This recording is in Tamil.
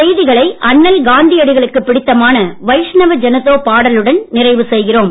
செய்திகளை அண்ணல் காந்தியடிகளுக்குப் பிடித்தமான வைஷ்ணவ ஜனதோ பாடலுடன் நிறைவு செய்கிறோம்